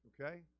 okay